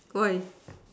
why